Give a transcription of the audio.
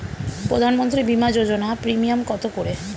প্রধানমন্ত্রী বিমা যোজনা প্রিমিয়াম কত করে?